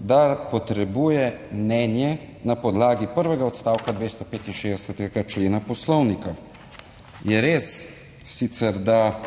da potrebuje mnenje na podlagi prvega odstavka 265. člena Poslovnika. Je res sicer, da